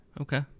Okay